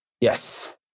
Yes